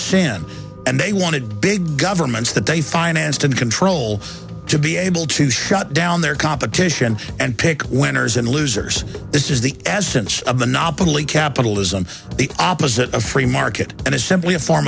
sin and they wanted big governments that they financed and control to be able to shut down their competition and pick winners and losers this is the absence of monopoly capitalism the opposite of free market and it's simply a form